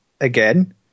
again